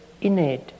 innate